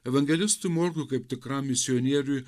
evangelistui morkui kaip tikram misionieriui